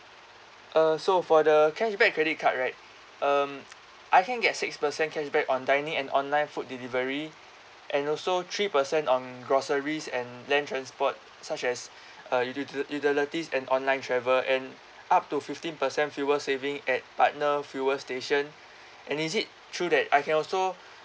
uh so for the cashback credit card right um I can get six percent cashback on dining and online food delivery and also three percent on groceries and then transport such as uh uti~ utilities and online travel and up to fifteen percent fuel saving at partner fuel station and is it true that I can also